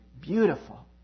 beautiful